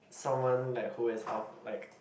someone like who is of like